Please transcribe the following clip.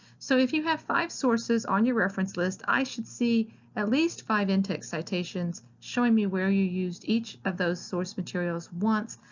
so if you have five sources on your reference list i should see at least five in-text citations showing me where you used each of those source materials once.